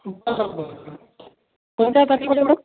बरं बरं कोणत्या तारखेला पाहिजे मॅडम